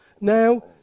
Now